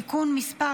(תיקון מס'